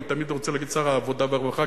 אני תמיד רוצה להגיד שר העבודה והרווחה,